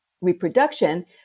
reproduction